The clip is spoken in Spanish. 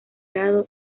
lado